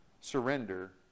surrender